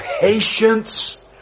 patience